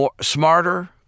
smarter